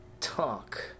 Talk